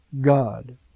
God